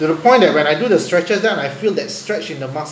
to the point that when I do the stretches then I feel that stretch in the muscle